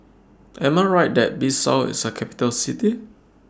Am I Right that Bissau IS A Capital City